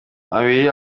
abiri